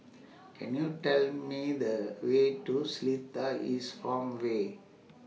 Can YOU Tell Me The Way to Seletar East Farmway